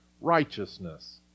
righteousness